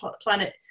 planet